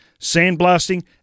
sandblasting